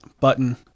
button